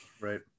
right